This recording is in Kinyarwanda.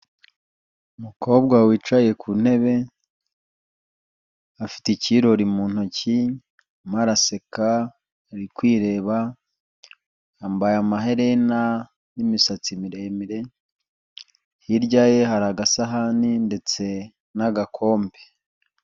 Umukobwa wicaye ku ntebe, afite icyirori mu ntoki, arimo araseka, arikwireba, yambaye amaherena n'imisatsi miremire, hirya ye hari agasahani ndetse n'agakombe.